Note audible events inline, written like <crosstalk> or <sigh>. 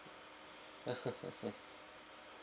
<laughs>